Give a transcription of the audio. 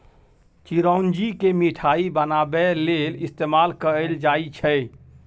चिरौंजी केँ मिठाई बनाबै लेल इस्तेमाल कएल जाई छै